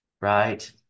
Right